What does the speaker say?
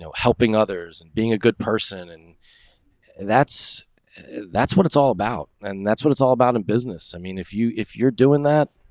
helping others and being a good person. and that's that's what it's all about. and that's what it's all about in business. i mean, if you if you're doing that,